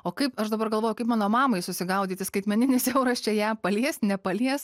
o kaip aš dabar galvoju kaip mano mamai susigaudyti skaitmeninis euras čia ją palies nepalies